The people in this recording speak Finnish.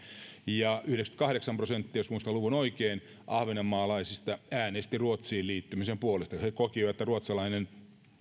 ja yhdeksänkymmentäkahdeksan prosenttia jos muistan luvun oikein ahvenanmaalaisista äänesti ruotsiin liittymisen puolesta he kokivat että